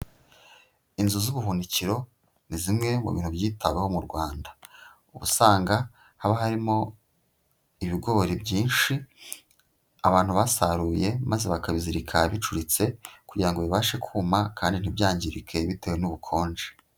Inzu z'ubuhunikiro ni zimwe mu bintu byitabwaho mu rwanda, uba usanga haba harimo ibigori byinshi abantu basaruye maze bakabizirika bicuritse, kugira ngo bibashe kuma kandi ntibyangirike bitewe n'ubukonje.